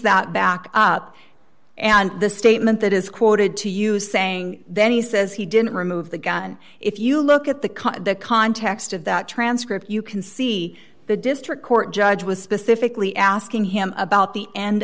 that back up and the statement that is quoted to you saying then he says he didn't remove the gun if you look at the cut the context of that transcript you can see the district court judge was specifically asking him about the end